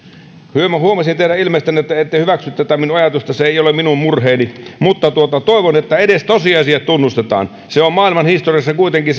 minä huomasin teidän ilmeestänne että ette hyväksy tätä minun ajatustani se ei ole minun murheeni mutta toivon että edes tosiasiat tunnustetaan se on maailmanhistoriassa kuitenkin